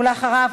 אחריו,